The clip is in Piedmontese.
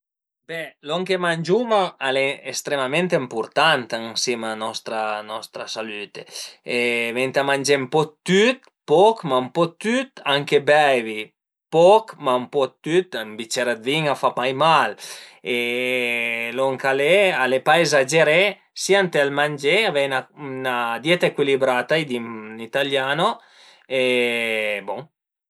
Be lon che mangiuma al e estremament ëmpurtant ën sima a nostra nostra salüte e venta mangé ën po dë tüt, poch, ma ën po dë tüt, venta beivi poch, ma ën po dë tüt, ën bicer dë vin a fa mai mail e lon ch'al e al e pa esageré sia ënt ël mangé e avei 'na dieta ecuilibrata, as dis ën italiano e bon